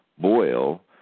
boil